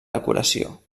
decoració